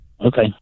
Okay